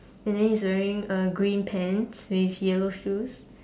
and then he is wearing uh green pants with yellow shoes